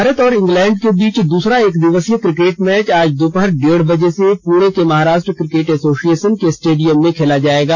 भारत और इंग्लैंड के बीच दूसरा एक दिवसीय क्रिकेट मैच आज दोपहर डेढ़ बजे से पुणे के महाराष्ट्र क्रिकेट एसोसिएशन के स्टेडियम में खेला जाएगा